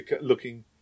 looking